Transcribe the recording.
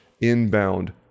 inbound